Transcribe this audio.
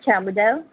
छा ॿुधायो